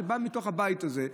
שבא מתוך הבית הזה,